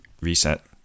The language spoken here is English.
Reset